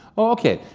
okay.